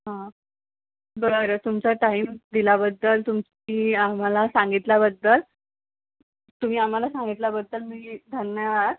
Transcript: हां बरं तुमचा टाईम दिल्याबद्दल तुम्ही आम्हाला सांगितल्याबद्दल तुम्ही आम्हाला सांगितल्याबद्दल मी धन्यवाद